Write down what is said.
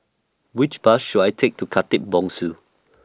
Which Bus should I Take to Khatib Bongsu